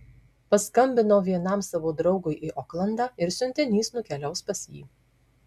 paskambinau vienam savo draugui į oklandą ir siuntinys nukeliaus pas jį